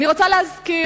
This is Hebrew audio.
אני רוצה להזכיר,